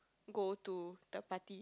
go to the party